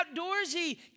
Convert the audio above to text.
outdoorsy